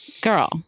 Girl